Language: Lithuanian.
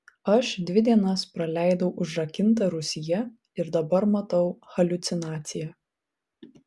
aš dvi dienas praleidau užrakinta rūsyje ir dabar matau haliucinaciją